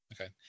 okay